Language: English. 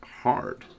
hard